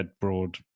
broad